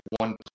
one